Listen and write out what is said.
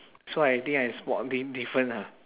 so I think I spot this different ah